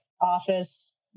office